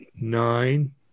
nine